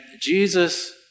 Jesus